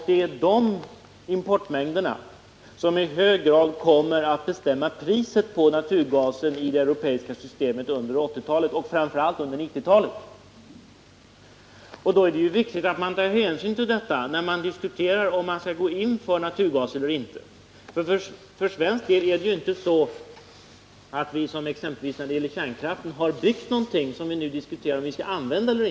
Det är dessa importmängder som i hög grad kommer att bestämma priset på naturgasen i det europeiska systemet under 1980-talet och framför allt under 1990-talet. När man diskuterar huruvida man skall gå in för naturgas eller inte, är det viktigt att man tar hänsyn till dessa faktorer. För svenskt vidkommande ligger det ju så till att vi inte i likhet med vad som gäller för kärnkraften har byggt någonting, vars användande eller inte vi nu diskuterar.